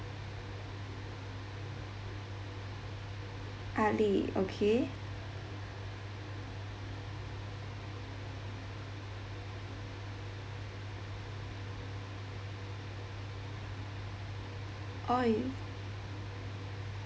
ali okay oh you